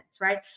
right